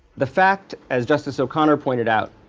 the fact, as justice o'connor pointed out,